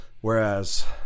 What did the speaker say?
whereas